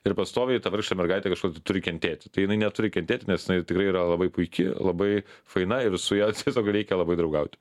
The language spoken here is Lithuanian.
ir pastoviai ta vargšė mergaitė kažkodėl tai turi kentėti tai jinai neturi kentėti nes jinai tikrai yra labai puiki labai faina ir su ja tiesiog reikia labai draugauti